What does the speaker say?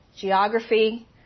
geography